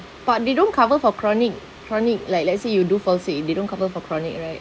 but they don't cover for chronic chronic like let's say you do fall sick and they don't cover for chronic right